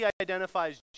identifies